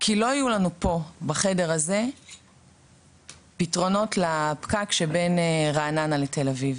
כי לא יהיו לנו פה בחדר הזה פתרונות לפקק שבין רעננה לתל אביב.